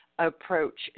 approach